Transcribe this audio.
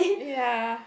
ya